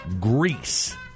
Greece